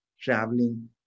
traveling